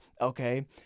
Okay